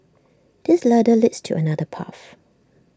this ladder leads to another path